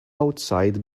outside